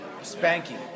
Spanky